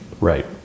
right